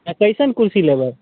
आओर कइसन कुरसी लेबै